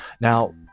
Now